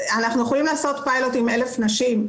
אנחנו יכולים לעשות פיילוט על 1,000 נשים,